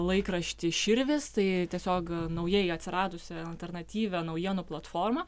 laikraštį širvis tai tiesiog naujai atsiradusią alternatyvią naujienų platformą